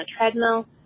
treadmill